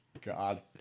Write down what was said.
God